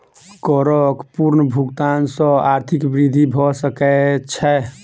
करक पूर्ण भुगतान सॅ आर्थिक वृद्धि भ सकै छै